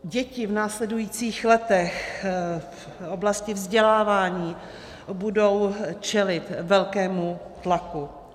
Děti v následujících letech v oblasti vzdělávání budou čelit velkému tlaku.